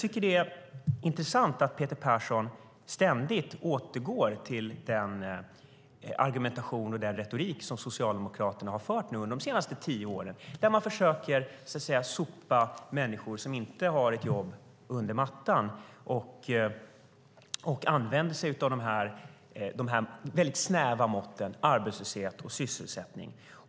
Det är intressant att Peter Persson ständigt återgår till den argumentation och retorik som Socialdemokraterna har fört under de senaste tio åren. Människor som inte har ett jobb försöker man sopa under mattan. Man använder sig av de snäva måtten arbetslöshet och sysselsättning.